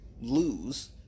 lose